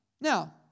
Now